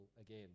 again